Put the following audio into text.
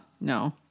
No